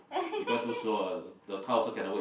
because too slow ah the crowd also cannot wait